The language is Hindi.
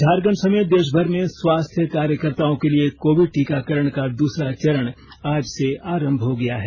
झारखण्ड समेत देश भर में स्वास्थ्य कार्यकर्ताओं के लिए कोविड टीकाकरण का दूसरा चरण आज से आरंभ हो गया है